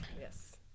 Yes